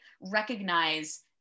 recognize